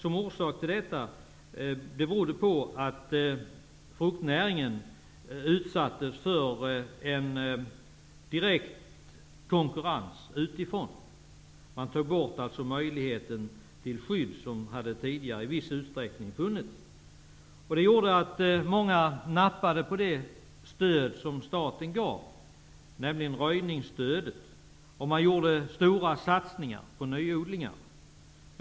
Orsaken till detta var att fruktnäringen utsattes för en direkt konkurrens utifrån genom att en del skydd som tidigare funnits hade tagits bort. Detta gjorde att många nappade på det stöd som staten gav, nämligen röjningsstödet, och att det gjordes stora satsningar på nyodlingar.